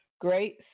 great